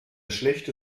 schlechte